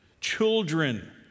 Children